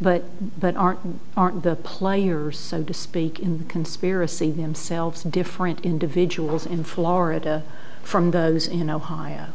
but but aren't and aren't the players so to speak in the conspiracy themselves in different individuals in florida from those in ohio